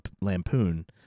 lampoon